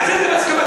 תעשה את זה בהסכמתם.